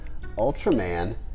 Ultraman